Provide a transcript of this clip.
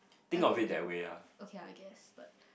I would be okay I guess but